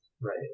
right